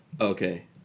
Okay